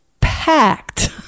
packed